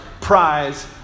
prize